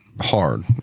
hard